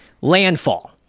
landfall